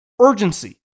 Urgency